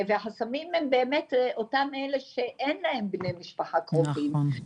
החסמים הם באמת אותם אלה שאין להם בני משפחה קרובים.